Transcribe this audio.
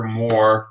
more